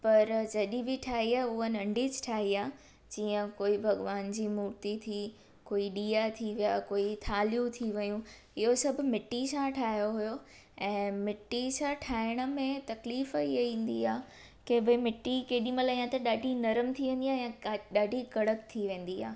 पर जॾहिं बि ठाही आहे उहा नंढीच ठाही आहे जीअं कोई भॻवान जी मूर्ती थी कोई ॾीआ थी विया कोई थालियूं थी वियूं इहो सभु मिटी सां ठायो हुयो ऐं मिटी सां ठाहिण में तकलीफ़ इहे ईंदी आहे की मिटी केॾी महिल या त ॾाढी नरम थी वेंदी आहे या का क ॾाढी कड़क थी वेंदी आहे